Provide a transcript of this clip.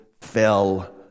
fell